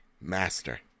master